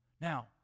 Now